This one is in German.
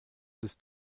ist